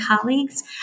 colleagues